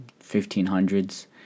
1500s